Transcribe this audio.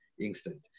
instant